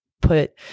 put